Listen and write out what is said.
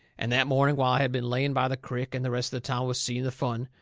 and that morning, while i had been laying by the crick and the rest of the town was seeing the fun,